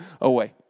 away